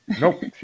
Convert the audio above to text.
nope